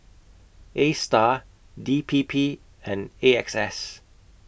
ASTAR D P P and A X S